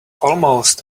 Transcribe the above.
almost